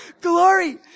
glory